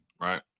right